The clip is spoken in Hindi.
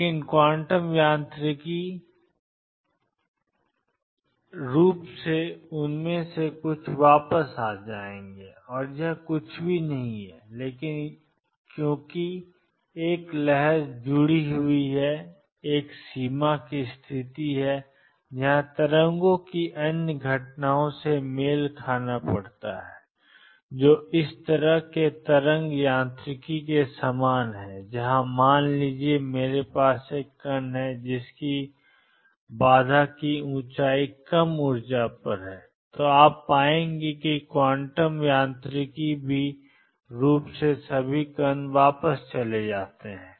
लेकिन क्वांटम यांत्रिक रूप से उनमें से कुछ वापस आ जाएंगे और यह कुछ भी नहीं है लेकिन क्योंकि एक लहर जुड़ी हुई है और एक सीमा की स्थिति है जहां तरंगों को अन्य घटनाओं से मेल खाना पड़ता है जो इस तरह के तरंग यांत्रिकी के समान है जहां मान लीजिए मेरे पास है एक कण बाधा ऊंचाई से कम ऊर्जा पर आ रहा है तो आप पाएंगे कि क्वांटम भी यांत्रिक रूप से सभी कण वापस चले जाते हैं